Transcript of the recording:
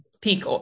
peak